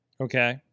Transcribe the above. okay